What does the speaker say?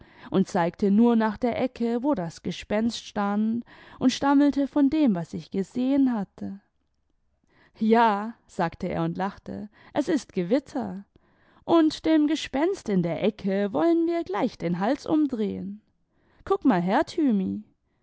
und zeigte nur nach der ecke wo das gespenst stand und stammelte von dem was ich gesehen hatte ja sagte er imd lachte es ist gewitter und dem gespenst in der ecke wollen wir gleich den hals imidrehen guck mal her thymi